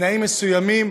בתנאים מסוימים,